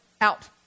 Out